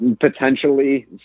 potentially